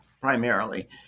primarily